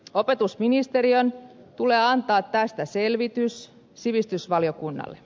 opetusministeriön tulee antaa tästä selvitys sivistysvaliokunnalle